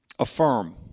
Affirm